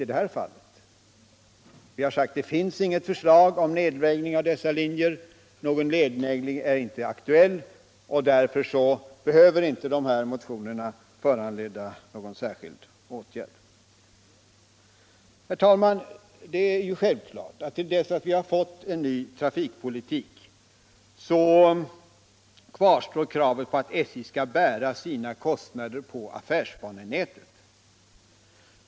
Vi har sagt att det inte finns något förslag om nedläggning av dessa linjer. Någon nedläggning är inte aktuell. Därför behöver inte de motionerna föranleda någon särskild åtgärd. Herr talman! Det är självklart att till dess vi fått en ny trafikpoliuk kvarstår kravet på att SJ skall bära sina kostnader på affärsbanenätet.